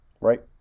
right